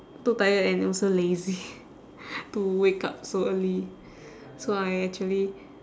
too tired and also lazy to wake up so early so I actually